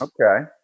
Okay